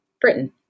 Britain